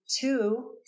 Two